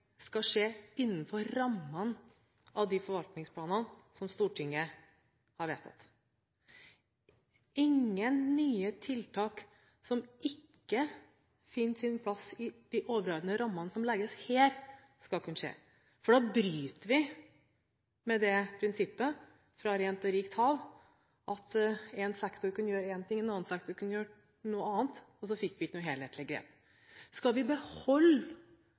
skal skje innenfor rammene av de forvaltningsplanene som Stortinget har vedtatt. Ingen nye tiltak som ikke finner sin plass innenfor de overordnede rammene som legges her, skal kunne skje, for da bryter vi med prinsippet fra meldingen Rent og rikt hav om at én sektor kan gjøre én ting, og en annen sektor kan gjøre noe annet, og så får vi ikke noe helhetlig grep. Hvis vi skal beholde det helhetlige grepet vi